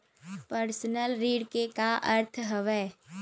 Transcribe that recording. Personal ऋण के का अर्थ हवय?